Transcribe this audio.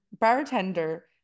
bartender